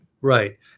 Right